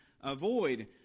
avoid